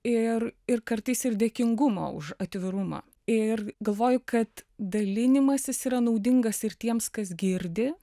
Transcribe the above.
ir ir kartais ir dėkingumo už atvirumą ir galvoju kad dalinimasis yra naudingas ir tiems kas girdi